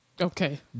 Okay